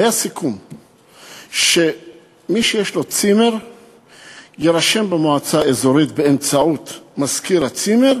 היה סיכום שמי שיש לו צימר יירשם במועצה האזורית באמצעות מזכיר המושב,